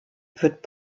wird